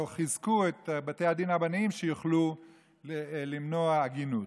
או חיזקו את בתי הדין הרבניים שיוכלו למנוע עגינות,